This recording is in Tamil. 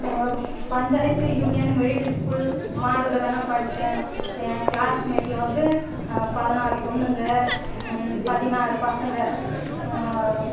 பஞ்சாயத்து யூனியன் மிடில்லு ஸ்கூல் மாடூரில் தாண்ணா படிச்சேன் என் கிளாஸ் மெட்டில் வந்து பதினாறு பொண்ணுங்க பதினாறு பசங்க